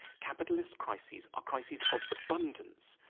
capitalist crises are crises of abundance,